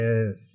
Yes